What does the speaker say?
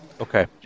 Okay